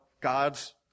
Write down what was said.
God's